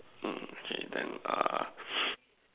mm K then err